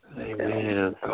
Amen